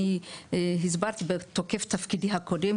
אני הסברתי בתוקף תפקידי הקודם,